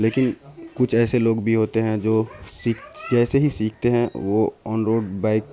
لیکن کچھ ایسے لوگ بھی ہوتے ہیں جو سیکھ جیسے ہی سیکھتے ہیں وہ آن روڈ بائک